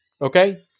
Okay